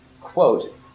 quote